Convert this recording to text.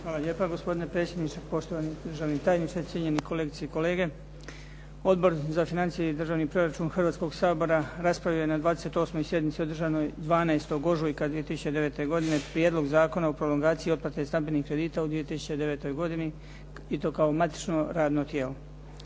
Hvala lijepa. Gospodine predsjedniče, poštovani državni tajniče, cijenjeni kolegice i kolege. Odbor za financije i državni proračun Hrvatskoga sabora raspravio je na 28. sjednici održanoj 12. ožujka 2009. godine Prijedlog zakona o prolongaciji otplate stambenih kredita u 2009. godini i to kao matično radno tijelo.